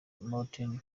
martin